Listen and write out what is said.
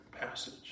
passage